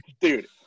Dude